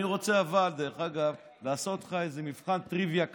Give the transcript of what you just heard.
אני רוצה לעשות לך איזה מבחן טריוויה קטן,